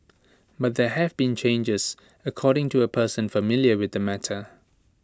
but there have been challenges according to A person familiar with the matter